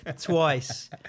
twice